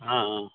অঁ অঁ